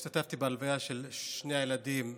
השתתפתי בהלוויה של שני הילדים,